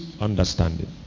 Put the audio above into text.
understanding